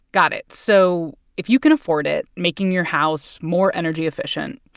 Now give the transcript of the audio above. got it. so if you can afford it, making your house more energy-efficient,